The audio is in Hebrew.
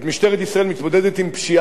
והיא לא יודעת מי הפושע,